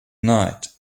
night